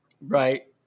Right